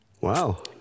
wow